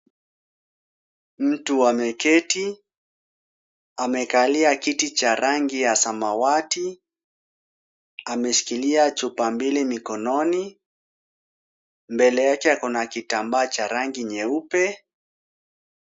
Mtu ameketi, amekalia kiti cha rangi ya samawati, ameshikilia chupa mbili mikononi, mbele yake ako na kitambaa cha rangi nyeupe.